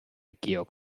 georg